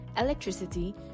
electricity